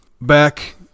Back